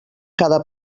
cada